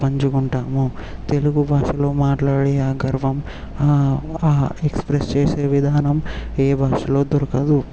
పంచుకుంటాము తెలుగు భాషలో మాట్లాడే ఆ గర్వం ఆ ఆ ఎక్స్ప్రెస్ చేసే విధానం ఏ భాషలో దొరకదు